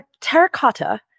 Terracotta